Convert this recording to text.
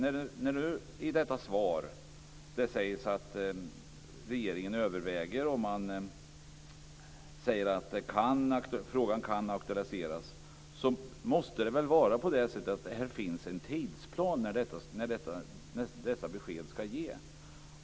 När det i detta svar sägs att regeringen överväger, att frågan kan aktualiseras, måste det väl finnas en tidsplan när detta besked skall ges.